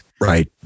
Right